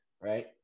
right